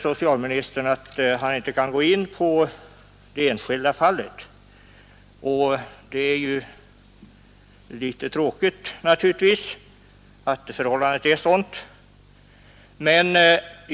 Socialministern säger att han inte kan gå in på det enskilda fallet, och det är naturligtvis litet tråkigt.